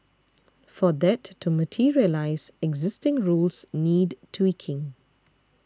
for that to materialise existing rules need tweaking